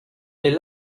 est